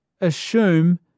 assume